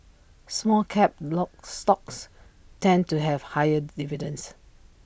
small cap lock stocks tend to have higher dividends